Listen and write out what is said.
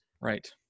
Right